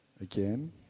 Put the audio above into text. again